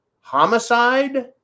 homicide